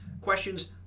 questions